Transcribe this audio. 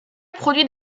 produit